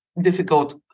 difficult